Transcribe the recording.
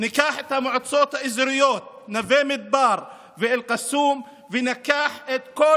ניקח את המועצות האזוריות נווה מדבר ואל-קסום וניקח את כל